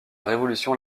révolution